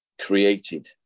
created